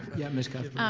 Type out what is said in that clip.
yeah, miss kind of